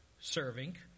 serving